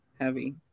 heavy